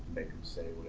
they can say